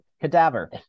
Cadaver